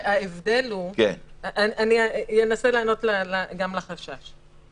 אנסה לענות גם לחשש.